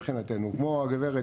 כמו הגברת,